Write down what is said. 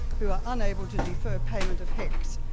who are unable to defer payment of hecs.